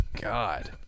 God